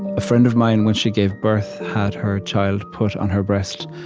a friend of mine, when she gave birth, had her child put on her breast.